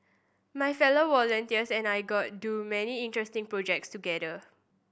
my fellow volunteers and I got do many interesting projects together